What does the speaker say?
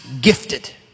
gifted